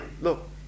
Look